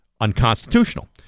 unconstitutional